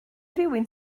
rywun